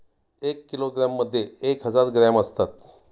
एक किलोग्रॅममध्ये एक हजार ग्रॅम असतात